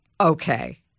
Okay